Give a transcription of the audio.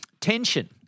tension